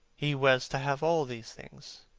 he was to have all these things.